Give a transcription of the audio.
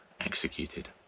executed